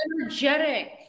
energetic